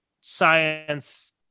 science